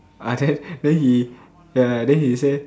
like that then then he the then he say